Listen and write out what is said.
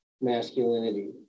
masculinity